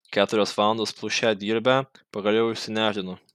keturias valandas plušę dirbę pagaliau išsinešdino